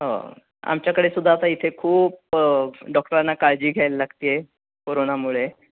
हो आमच्याकडेसुद्धा आता इथे खूप डॉक्टरांना काळजी घ्यायला लागत आहे कोरोनामुळे